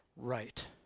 right